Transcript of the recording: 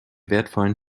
wertvollen